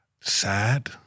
sad